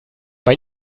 bei